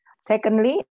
Secondly